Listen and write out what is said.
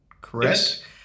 correct